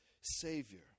savior